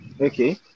Okay